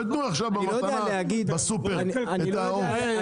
לא יתנו עכשיו במתנה בסופר את העוף.